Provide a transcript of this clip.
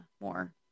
more